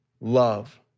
Love